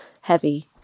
heavy